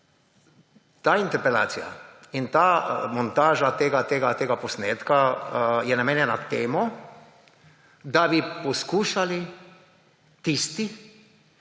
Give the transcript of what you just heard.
ta interpelacija in ta montaža tega posnetka je namenjena temu, da bi poskušali tisti,